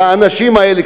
והאנשים האלה,